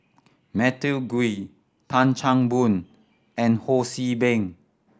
Matthew Ngui Tan Chan Boon and Ho See Beng